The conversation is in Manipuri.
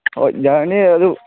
ꯍꯣꯏ ꯌꯥꯔꯅꯤ ꯑꯗꯨ